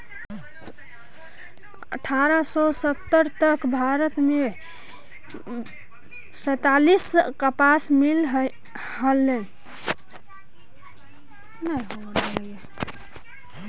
अट्ठारह सौ सत्तर तक भारत में सैंतालीस कपास मिल हलई